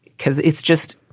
cause it's just,